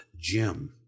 Jim